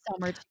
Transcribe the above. summer